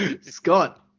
Scott